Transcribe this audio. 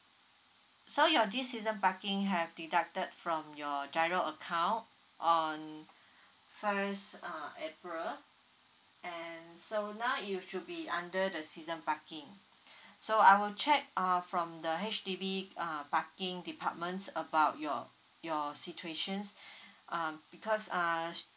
so your this season parking have deducted from your GIRO account on first uh april and so now you should be under the season parking so I will check uh from the H_D_B uh parking departments about your your situations um because uh sh~